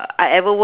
I ever work